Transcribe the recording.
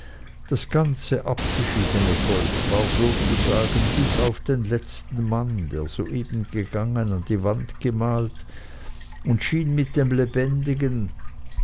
das ganze abgeschiedene volk war sozusagen bis auf den letzten mann der soeben gegangen an die wand gemalt und schien mit dem lebendigen